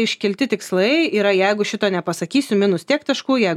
iškelti tikslai ir jeigu šito nepasakysiu minus tiek taškų jei